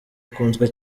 akunzwe